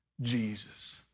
Jesus